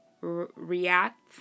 react